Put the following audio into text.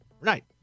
Right